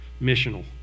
Missional